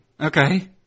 Okay